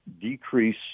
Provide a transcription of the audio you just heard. decrease